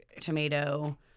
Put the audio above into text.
tomato